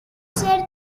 ser